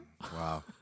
Wow